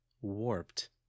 warped